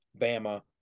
Bama